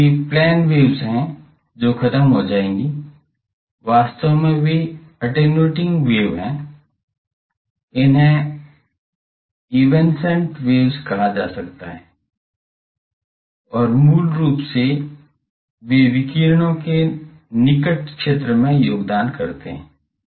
तो ये plane waves हैं जो ख़त्म हो जाएंगी वास्तव में वे आटेनुएटिंग वेव हैं उन्हें इवेन्सेन्ट वेव्स कहा जाता है और मूल रूप से वे विकिरणों के निकट क्षेत्र में योगदान करते हैं